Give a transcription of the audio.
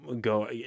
go